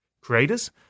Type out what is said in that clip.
creators